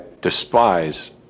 despise